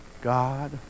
God